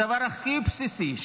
בדבר הכי בסיסי,